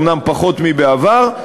אומנם פחות מבעבר,